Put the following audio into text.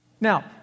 Now